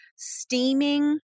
Steaming